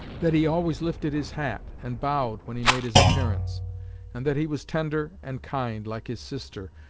that he always lifted his hat, and bowed, when he made his appearance and that he was tender and kind like his sister,